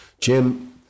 Jim